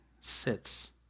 sits